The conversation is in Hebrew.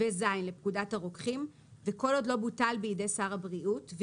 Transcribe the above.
ו-(ז) לפקודת הרוקחים וכל עוד לא בוטל בידי שר הבריאות,